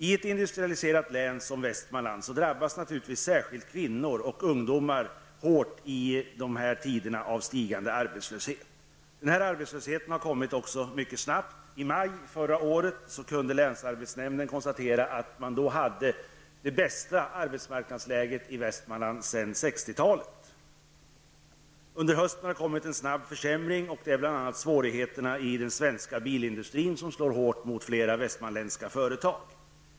I ett industrialiserat län som Västmanland drabbas naturligtvis kvinnor och ungdomar särskilt hårt i tider av stigande arbetslöshet. Denna arbetslöshet har kommit mycket snabbt. I maj förra året kunde länsarbetsnämnden konstatera att man då hade det bästa arbetsmarknadsläget i Västmanland sedan 1960-talet. Under hösten har det skett en snabb försämring. Det är bl.a. svårigheterna inom den svenska bilindustrin som slår hårt mot flera västmanländska företag.